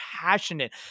passionate